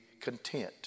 content